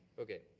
ok,